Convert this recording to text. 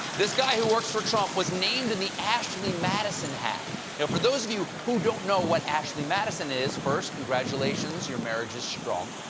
this guy who worked for trump was niemed in the ashley madison hack. for those of you who don't know what ashley madison is. first, congratulations. your marriage is strong.